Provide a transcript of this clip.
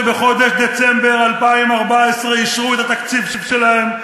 שבחודש דצמבר 2014 אישרו את התקציב שלהן,